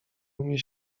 umie